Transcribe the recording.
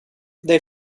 they